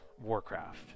Warcraft